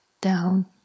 down